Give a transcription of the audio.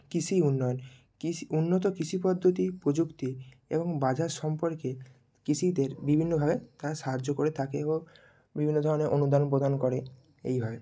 কৃষি উন্নয়ন কৃষি উন্নত কৃষি পদ্ধতি প্রযুক্তি এবং বাজার সম্পর্কে কৃষিদের বিভিন্নভাবে তা সাহায্য করে থাকে এবং বিভিন্ন ধরনের অনুদান প্রদান করে এইভাবে